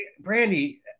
Brandy